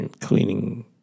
cleaning